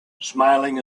smiling